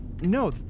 no